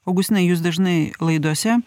augustinai jūs dažnai laidose